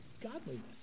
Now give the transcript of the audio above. godliness